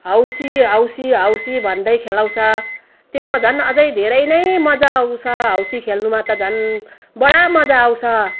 हौसी housie housie भन्दै खेलाउँछ त्यसमा झन् अझै धेरै नै मजा आउँछ हौसी खेल्नुमा त झन् बडा मजा आउँछ